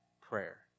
prayer